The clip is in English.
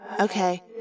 Okay